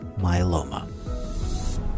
myeloma